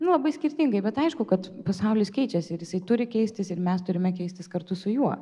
labai skirtingai bet aišku kad pasaulis keičiasi ir jisai turi keistis ir mes turime keistis kartu su juo